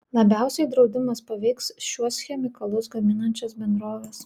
labiausiai draudimas paveiks šiuos chemikalus gaminančias bendroves